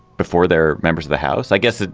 before they're members of the house i guess.